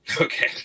Okay